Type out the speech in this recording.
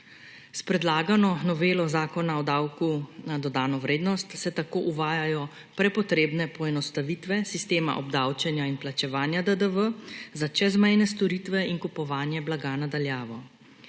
S predlagano novelo Zakona o davku na dodano vrednost se tako uvajajo prepotrebne poenostavitve sistema obdavčenja in plačevanja DDV za čezmejne storitve in kupovanje blaga na daljavo.